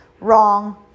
wrong